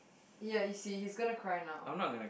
ya you see he's gonna cry now